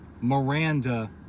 Miranda